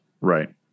Right